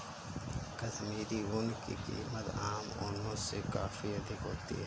कश्मीरी ऊन की कीमत आम ऊनों से काफी अधिक होती है